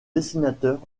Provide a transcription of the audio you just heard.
dessinateur